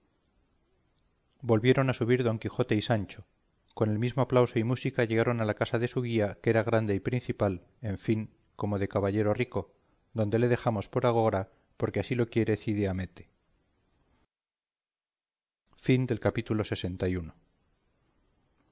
volvieron a subir don quijote y sancho con el mismo aplauso y música llegaron a la casa de su guía que era grande y principal en fin como de caballero rico donde le dejaremos por agora porque así lo quiere cide hamete capítulo lxii